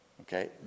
okay